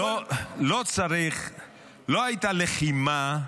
לא הייתה לחימה.